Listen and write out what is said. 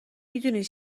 دونی